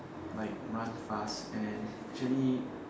like run fast actually